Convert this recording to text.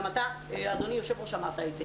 גם אתה, אדוני היושב ראש, אמרת את זה.